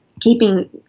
keeping